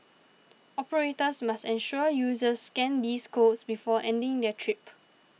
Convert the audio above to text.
operators must ensure users scan these codes before ending their trip